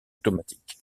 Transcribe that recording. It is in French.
automatique